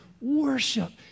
worship